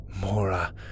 Mora